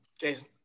Jason